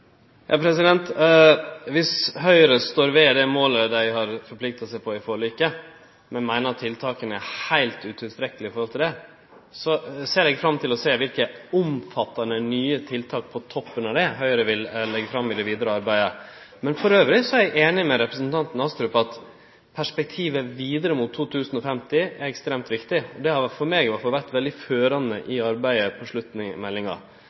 Viss Høgre står ved det målet dei har forplikta seg til i forliket, men meiner tiltaka er heilt utilstrekkelege i forhold til det, ser eg fram til å sjå kva omfattande nye tiltak, på toppen av det, Høgre vil leggje fram i det vidare arbeidet. Men elles er eg einig med representanten Astrup i at perspektivet vidare mot 2050 er ekstremt viktig. Det har i alle fall for meg vore veldig førande i sluttarbeidet med meldinga.